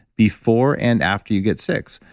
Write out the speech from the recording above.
before and after you get sick.